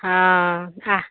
हँ आह